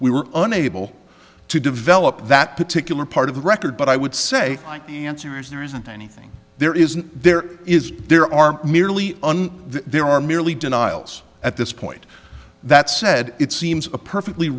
we were unable to develop that particular part of the record but i would say the answer is there isn't anything there isn't there is there are merely an there are merely denials at this point that said it seems a perfectly